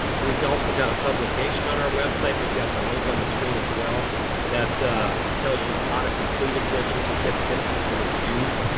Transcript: we've also got a publication on our website, we've got the link on the screen as well, that tells you how to complete exemption certificates and how they're used.